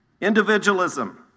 Individualism